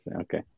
Okay